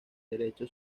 derecho